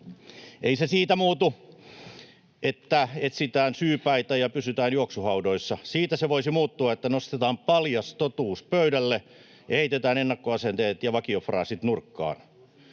”Ei se siitä muutu, että etsitään syypäitä ja pysytään juoksuhaudoissa. Siitä se voisi muuttua, että nostetaan paljas totuus pöydälle ja heitetään ennakkoasenteet ja vakiofraasit nurkkaan.”